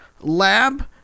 lab